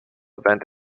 event